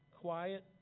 Quiet